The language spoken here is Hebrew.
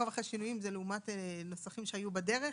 אחרי שינויים" זה לעומת נוסחים שהיו בדרך,